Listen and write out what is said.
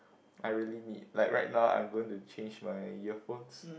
I really need like right now I'm going to change my earphones